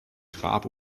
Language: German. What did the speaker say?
grab